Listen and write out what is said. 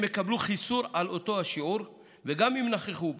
הם יקבלו חיסור על אותו השיעור גם אם נכחו בו,